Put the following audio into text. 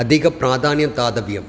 अधिकप्राधान्यं दातव्यम्